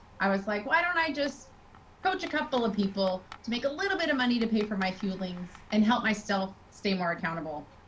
i was like, why don't i just coach a couple of people to make a little bit of money to pay for my fuelings and help myself stay more accountable.